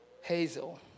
Hazel